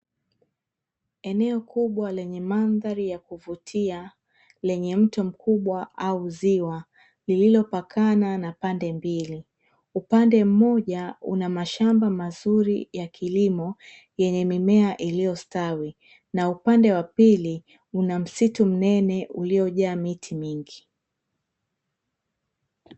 Eneo kubwa lenye mandhari ya kuvutia lenye mto mkubwa au ziwa, lililopakana na pande mbili. Upande mmoja una mashamba mazuri ya kilimo yenye mimea iliostawi na upande wa pili una msitu mnene uliojaa miti mingi.